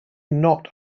not